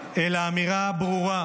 אלא אמירה ברורה: